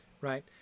Right